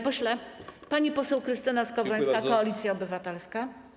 Pani poseł Krystyna Skowrońska, Koalicja Obywatelska.